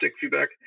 Feedback